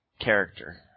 character